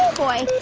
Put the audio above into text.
boy.